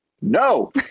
No